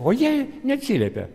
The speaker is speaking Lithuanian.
o jie neatsiliepė